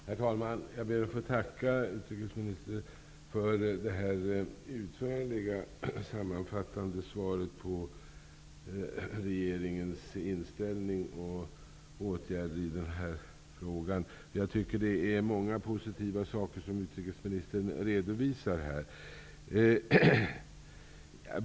Herr talman! Jag ber att få tacka utrikesministern för det utförliga sammanfattande svaret på min fråga om regeringens inställning och åtgärder i denna fråga. Det finns många positiva saker som utrikesministern redovisar.